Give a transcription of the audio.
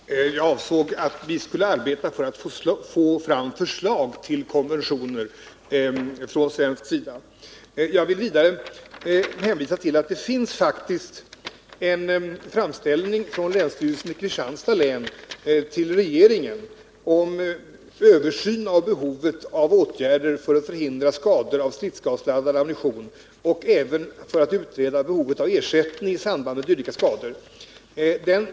Herr talman! Jag avsåg att vi skall arbeta för att få fram förslag till konventioner från svensk sida. Jag vill vidare hänvisa till att det faktiskt finns en framställning från länsstyrelsen i Kristianstads län till regeringen om översyn av behovet av åtgärder för att förhindra skador av stridsgasladdad ammunition och om utredning om behovet av ersättning i samband med dylika skador.